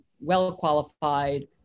well-qualified